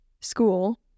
school